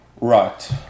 Right